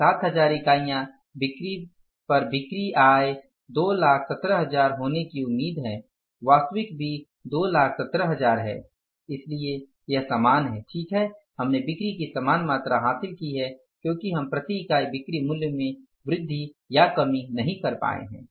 अब 7000 बिक्री पर बिक्री आय 217000 होने की उम्मीद है वास्तविक भी 217000 है इसलिए यह समान है ठीक है हमने बिक्री की समान मात्रा हासिल की है क्योंकि हम प्रति इकाई बिक्री मूल्य में वृद्धि या कमी नहीं कर पाए हैं